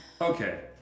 okay